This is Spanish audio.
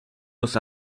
los